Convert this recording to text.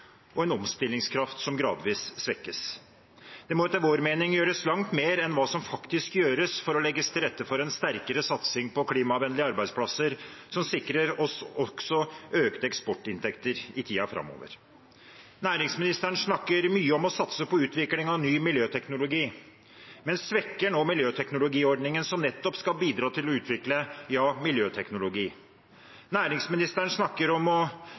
og en omstillingskraft som gradvis svekkes. Det må etter vår mening gjøres langt mer enn hva som faktisk gjøres for å legge til rette for en sterkere satsing på klimavennlige arbeidsplasser, som også sikrer oss økte eksportinntekter i tiden framover. Næringsministeren snakker mye om å satse på utvikling av ny miljøteknologi, men svekker nå miljøteknologiordningen, som nettopp skal bidra til å utvikle – ja: miljøteknologi. Næringsministeren snakker om å